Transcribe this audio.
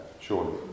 surely